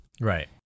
Right